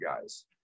guys